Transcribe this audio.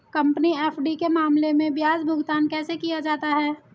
Company FD के मामले में ब्याज भुगतान कैसे किया जाता है?